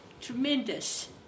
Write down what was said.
Tremendous